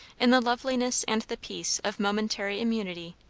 in the loveliness and the peace of momentary immunity,